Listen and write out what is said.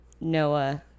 Noah